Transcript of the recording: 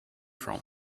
from